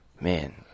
man